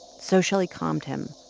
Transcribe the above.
so shelly calmed him,